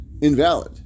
invalid